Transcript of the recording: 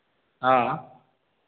हाँ